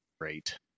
great